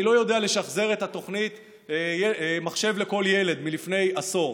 אני לא יודע לשחזר את התוכנית מחשב לכל ילד מלפני עשור.